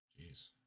Jeez